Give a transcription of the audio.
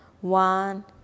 one